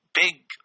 big